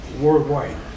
worldwide